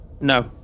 No